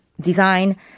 design